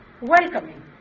welcoming